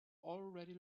already